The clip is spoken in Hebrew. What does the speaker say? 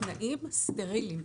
בתנאים סטריליים.